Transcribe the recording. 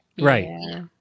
Right